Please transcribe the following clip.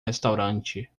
restaurante